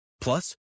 Plus